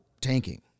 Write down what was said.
tanking